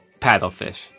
Paddlefish